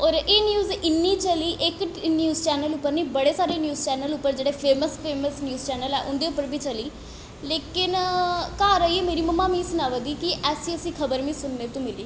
होर एह् न्यूज इन्नी चली इक न्यूज चैनल उप्पर निं बड़े सारे न्यूज चैनल उप्पर जेह्ड़े फेमस फेमस न्यूज चैनल ऐ उं'दे उप्पर बी चली लेकिन घर आइयै मेरी मम्मा मिगी सनाबा दी ही कि ऐसी ऐसी खबर मी सुनने तों मिली